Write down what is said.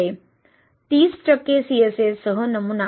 30 टक्के CSA सह नमुना